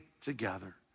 together